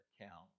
account